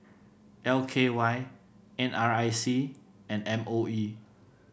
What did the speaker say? L K Y N R I C and M O E